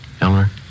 Elmer